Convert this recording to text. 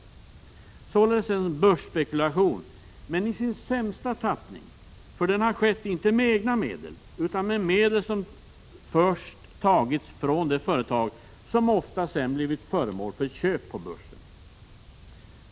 Det är således fråga om en börsspekulation men i dess sämsta tappning, för den har skett inte med egna medel utan med medel som först tagits från de företag som ofta sedan blivit föremål för köp på börsen.